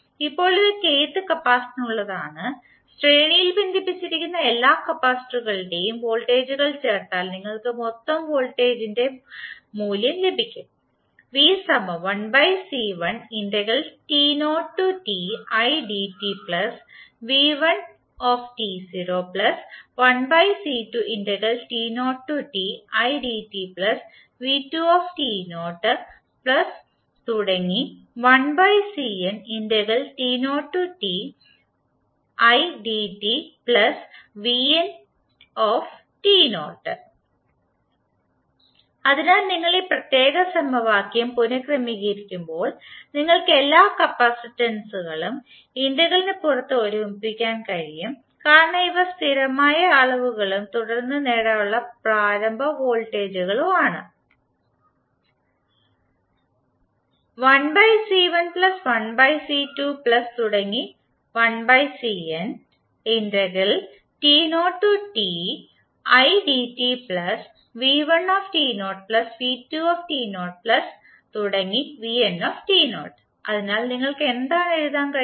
ഇപ്പോൾ ഇത് kth കപ്പാസിറ്ററിനുള്ളതാണ് ശ്രേണിയിൽ ബന്ധിപ്പിച്ചിരിക്കുന്ന എല്ലാ കപ്പാസിറ്റ്ററുകളുടേം വോൾട്ടേജുകൾ ചേർത്താൽ നിങ്ങൾക്ക് മൊത്തം വോൾട്ടേജ് v യുടെ മൂല്യം ലഭിക്കും അതിനാൽ നിങ്ങൾ ഈ പ്രത്യേക സമവാക്യം പുനർക്രമീകരിക്കുമ്പോൾ നിങ്ങൾക്ക് എല്ലാ കപ്പാസിറ്റൻസുകളും ഇന്റഗ്രലിന് പുറത്ത് ഒരുമിപ്പിക്കാൻ കഴിയും കാരണം ഇവ സ്ഥിരമായ അളവുകളും തുടർന്ന് നേടാനുള്ള പ്രാരംഭ വോൾട്ടേജുകളും ആണ് അതിനാൽ നിങ്ങൾക്ക് എന്താണ് എഴുതാൻ കഴിയുക